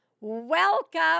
Welcome